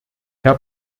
herr